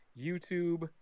YouTube